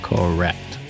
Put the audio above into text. Correct